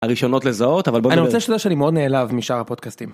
הראשונות לזהות אבל בוא אני רוצה שתדע שאני מאוד נעלב משאר הפודקאסטים.